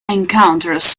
encounters